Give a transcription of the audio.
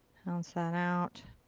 pounce that out.